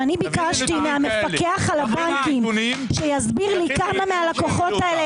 וכשאני ביקשתי מהמפקח על הבנקים שיסביר לי כמה מהלקוחות האלה